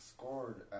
scored